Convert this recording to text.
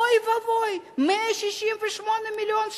אוי ואבוי, 168 מיליון שקל.